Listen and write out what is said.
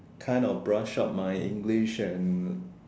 kind of brush up my English and